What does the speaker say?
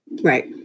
Right